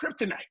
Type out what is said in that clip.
kryptonite